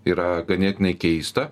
yra ganėtinai keista